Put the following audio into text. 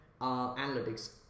analytics